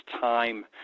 time